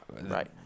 Right